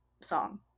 song